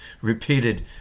Repeated